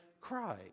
cry